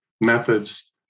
methods